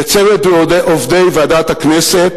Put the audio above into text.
לצוות עובדי ועדת הכנסת.